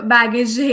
Baggage